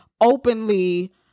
openly –